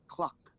Clock